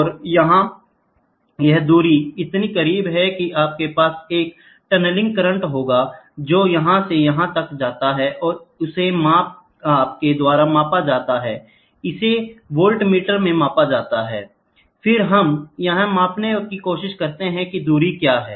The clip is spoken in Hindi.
और यहां यह दूरी इतनी करीब है कि आपके पास एक टनलिंग करंट होगा जो यहां से यहां तक जाता है और उसे आप के द्वारा मापा जाता है इसे वाल्टमीटर में मापा जाता है और फिर हम यह मापने की कोशिश करते हैं कि दूरी क्या है